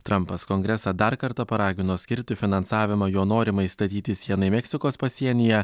trampas kongresą dar kartą paragino skirti finansavimą jo norimai statyti sienai meksikos pasienyje